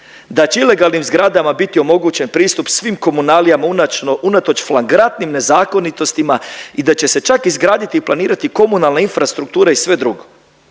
da će ilegalnim zgradama biti omogućen pristup svim komunalijama unatoč flagrantnim nezakonitostima i da će se čak izgraditi i planirati komunalna infrastruktura i sve drugo.